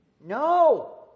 No